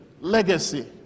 legacy